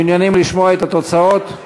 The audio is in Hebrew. מעוניינים לשמוע את התוצאות?